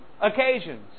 occasions